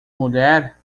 mulher